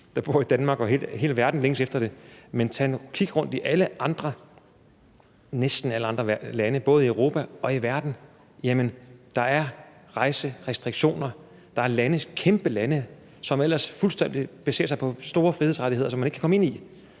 der bor i Danmark. Hele verden længes efter det. Men kig rundt i næsten alle andre lande, både i Europa og i verden i øvrigt. Der er restriktioner. Der er kæmpestore lande, som ellers fuldstændig baserer sig på frihedsrettigheder, som man ikke kan komme ind i.